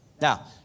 Now